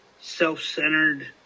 self-centered